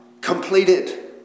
completed